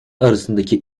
arasındaki